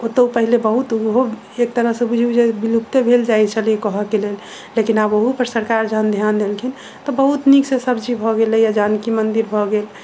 ओतहुँ पहिले बहुत ओहो एक तरहसे बुझू जे विलुप्ते भेल जाइत छलै कहऽके लेल लेकिन आब ओहो पर सरकार जहन ध्यान देलखिन तऽ बहुत नीकसँ सभचीज भए गेलैया जानकी मन्दिर भए गेल